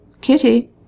Kitty